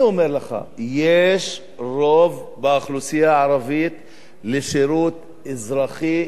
יש רוב באוכלוסייה הערבית לשירות אזרחי התנדבותי,